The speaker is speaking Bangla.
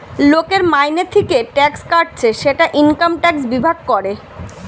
লোকের মাইনে থিকে ট্যাক্স কাটছে সেটা ইনকাম ট্যাক্স বিভাগ করে